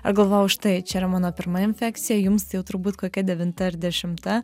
aš galvojau štai čia yra mano pirma infekcija jums jau turbūt kokia devinta ir dešimta